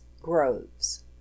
Groves